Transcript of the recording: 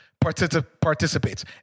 participates